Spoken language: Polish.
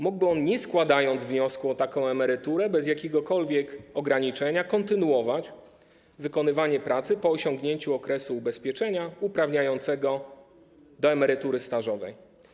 Mógłby on, nie składając wniosku o taką emeryturę, bez jakiegokolwiek ograniczenia kontynuować wykonywanie pracy po osiągnięciu okresu ubezpieczenia uprawniającego do emerytury stażowej.